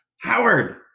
Howard